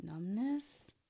numbness